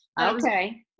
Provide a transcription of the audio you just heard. Okay